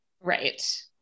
right